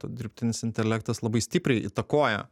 dirbtinis intelektas labai stipriai įtakoja